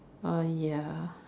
ah ya